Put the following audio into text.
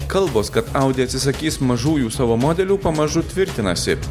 kalbos kad audi atsisakys mažųjų savo modelių pamažu tvirtinasi